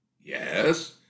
Yes